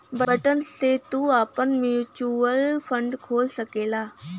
button से तू आपन म्युचुअल फ़ंड खोल सकला